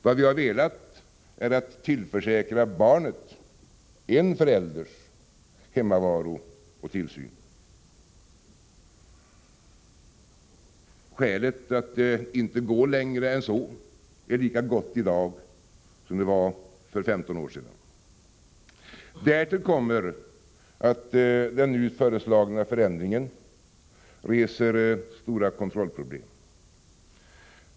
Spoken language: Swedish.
Vad vi har velat är att tillförsäkra barnet en förälders hemmavaro och tillsyn. Skälet att inte gå längre än så är lika gott i dag som det var för 15 år sedan. Därtill kommer att den nu föreslagna förändringen reser stora kontrollproblem.